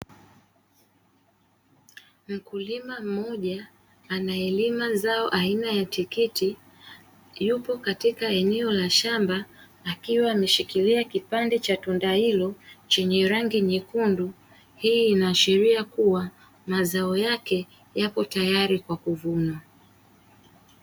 Mkulima mmoja anayelima zao aina ya tikiti yupo katika eneo la shamba akiwa ameshikilia kipande cha tunda hilo chenye rangi nyekundu hii inaashiria kuwa mazao yake yako tayari kwa kuvunwa.